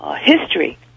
history